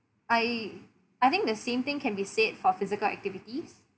I I think the same thing can be said for physical activities